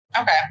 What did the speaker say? Okay